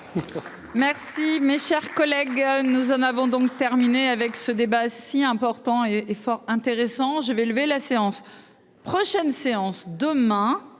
Merci. Mes chers collègues, nous en avons donc terminé avec ce débat si important et est fort intéressant. Je vais lever la séance prochaine séance demain